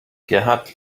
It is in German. gerhard